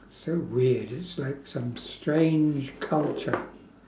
so weird it's like some strange culture